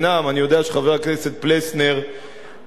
אני יודע שחבר הכנסת פלסנר דורש,